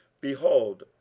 behold